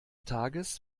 tages